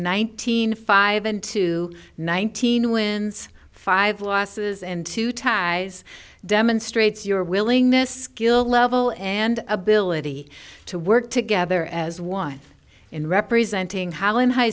nineteen five and to nineteen wins five losses and to tie demonstrates your willingness gill level and ability to work together as one in representing how in high